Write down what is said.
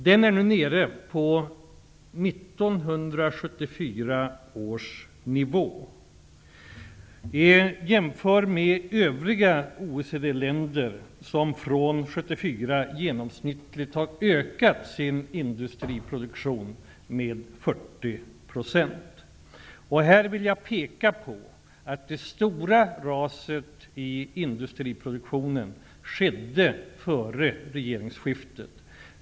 Den är nu nere på 1974 års nivå. Detta kan jämföras med övriga OECD-länder, som sedan 1974 genomsnittligt har ökat sin industriproduktion med 40 %. Jag vill peka på att det stora raset i industriproduktionen skedde före regeringsskiftet.